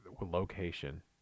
location